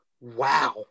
Wow